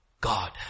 God